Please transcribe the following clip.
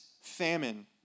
famine